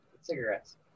Cigarettes